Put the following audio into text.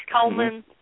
Coleman